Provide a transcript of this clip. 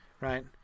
Right